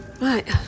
Right